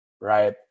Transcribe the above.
right